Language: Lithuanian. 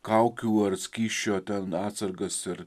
kaukių ar skysčio ten atsargas ir